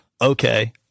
okay